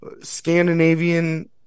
scandinavian